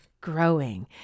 growing